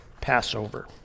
Passover